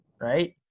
right